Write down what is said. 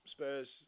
Spurs